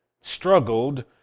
struggled